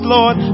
Lord